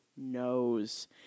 knows